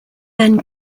then